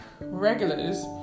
regulars